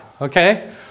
Okay